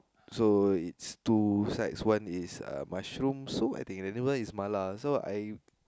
so it's two sides one is ah mushroom soup I think the other is mala so I